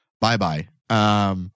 bye-bye